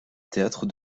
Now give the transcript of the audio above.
théâtre